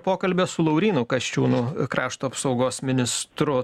pokalbio su laurynu kasčiūnu krašto apsaugos ministru